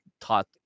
taught